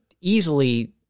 easily